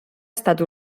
estat